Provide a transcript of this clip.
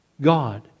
God